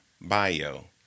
bio